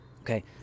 Okay